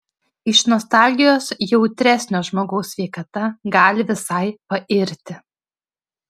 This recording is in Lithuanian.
iš nostalgijos jautresnio žmogaus sveikata gali visai pairti